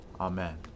Amen